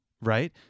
right